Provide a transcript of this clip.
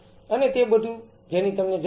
અને તે બધું જેની તમને જરૂર છે